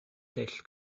dull